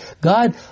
God